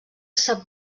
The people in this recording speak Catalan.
sap